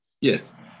Yes